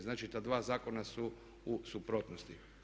Znači, ta dva zakona su u suprotnosti.